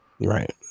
Right